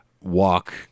walk